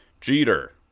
Jeter